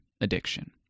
Addiction